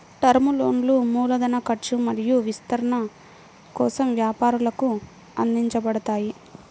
term లోన్లు మూలధన ఖర్చు మరియు విస్తరణ కోసం వ్యాపారాలకు అందించబడతాయి